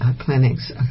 clinics